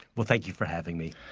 well thank you for having me.